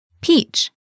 Peach